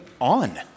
on